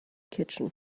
kitchen